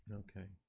okay,